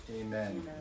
Amen